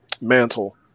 mantle